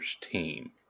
team